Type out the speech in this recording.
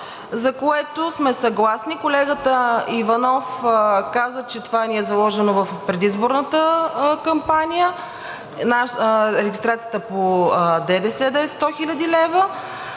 за което сме съгласни. Колегата Иванов каза, че това ни е заложено в предизборната кампания – регистрацията по ДДС да е 100 хил. лв.